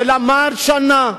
שלמד שנה,